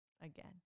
again